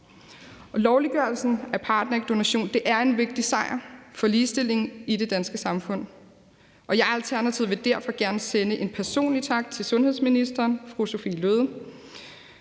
lovliggørelsen af partnerægdonation er en vigtig sejr for ligestillingen i det danske samfund. Jeg og Alternativet vil derfor gerne sende en personlig tak til sundhedsministeren og til